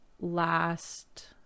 last